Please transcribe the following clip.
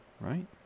right